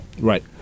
Right